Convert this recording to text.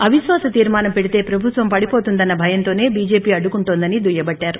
అవిశ్వాస తొర్మానం పెడితే ప్రభుత్వం పడిపోతుందన్న భయంతోనే బీజేపీ అడ్డుకుంటోందని దుయ్యబట్టారు